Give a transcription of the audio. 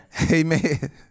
Amen